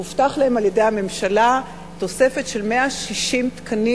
הובטחה להן על-ידי הממשלה תוספת של 160 תקני